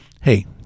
hey